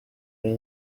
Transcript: ari